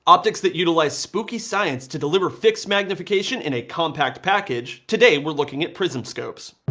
optics that utilize spooky science to deliver fixed magnification in a compact package. today we're looking at prism scopes.